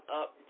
up